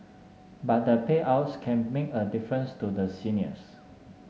but the payouts can make a difference to the seniors